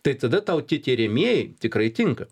tai tada tau tie tiriamieji tikrai tinka